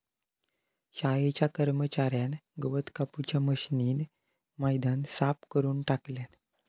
शाळेच्या कर्मच्यार्यान गवत कापूच्या मशीनीन मैदान साफ करून टाकल्यान